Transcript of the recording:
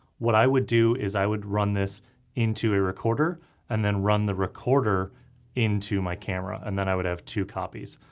what i would do is i would run this into a recorder and then run the recorder into my camera and then i would have two copies.